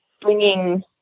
bringing